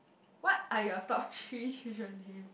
what are your top three children name